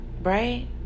right